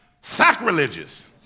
sacrilegious